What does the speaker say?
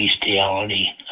bestiality